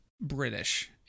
british